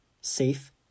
safe